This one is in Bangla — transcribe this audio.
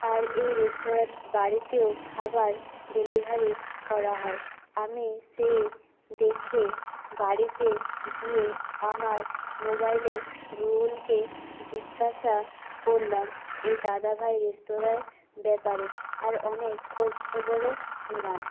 আর এই রেস্তোরাঁ বাড়িতেও খাবার ডেলিভারি করা হয় আমি সেই দেখে বাড়িতে গিয়ে আমার মোবাইলে গুগলকে জিজ্ঞাসা করলাম এই দাদাভাই রেস্তোরাঁর ব্যাপারে আর অনেক খোঁজখবরও নিলাম